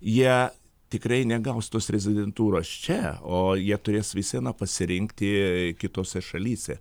jie tikrai negaus tos rezidentūros čia o jie turės visi na pasirinkti kitose šalyse